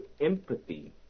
empathy